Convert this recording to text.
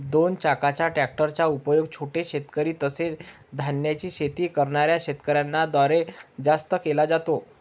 दोन चाकाच्या ट्रॅक्टर चा उपयोग छोटे शेतकरी, तसेच धान्याची शेती करणाऱ्या शेतकऱ्यांन द्वारे जास्त केला जातो